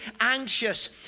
anxious